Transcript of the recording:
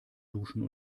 duschen